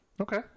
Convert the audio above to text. Okay